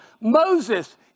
Moses